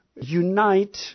unite